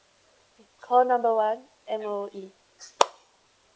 call number one M_O_E